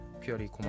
purely